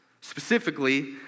Specifically